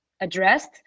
addressed